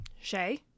Shay